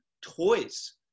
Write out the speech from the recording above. toys